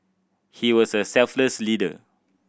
he was a selfless leader